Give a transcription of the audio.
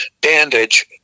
bandage